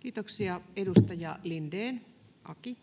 Kiitoksia. — Edustaja Lindén, Aki.